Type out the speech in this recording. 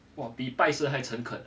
比拜神还诚恳